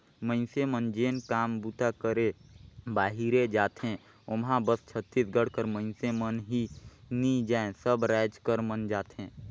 मइनसे मन जेन काम बूता करे बाहिरे जाथें ओम्हां बस छत्तीसगढ़ कर मइनसे मन ही नी जाएं सब राएज कर मन जाथें